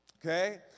okay